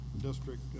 district